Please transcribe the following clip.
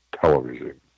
television